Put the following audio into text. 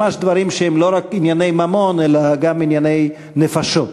ממש דברים שהם לא רק ענייני ממון אלא גם ענייני נפשות.